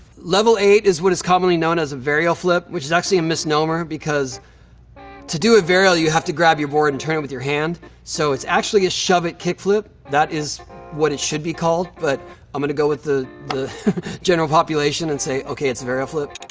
level eight is what is commonly known as a varial flip, which is actually a misnomer because to do a varial, you have to grab your board and turn it with your hand. so it's actually a shove-it kickflip. that is what it should be called, but i'm gonna go with the general population and say okay, it's a varial flip.